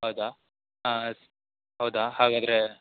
ಹೌದ ಹೌದ ಹಾಗಾದರೆ